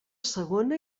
segona